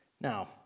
Now